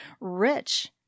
rich